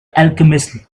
alchemist